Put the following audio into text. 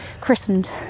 christened